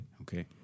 okay